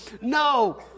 No